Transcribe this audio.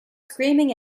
screaming